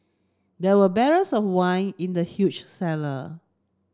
there were barrels of wine in the huge cellar